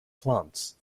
plants